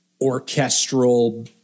orchestral